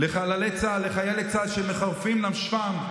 לחללי צה"ל, לחיילי צה"ל שמחרפים נפשם.